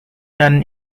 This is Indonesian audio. dan